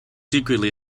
secretly